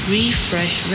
Refresh